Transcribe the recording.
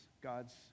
God's